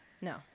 no